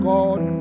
God